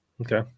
Okay